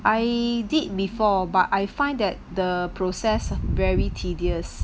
I did before but I find that the process very tedious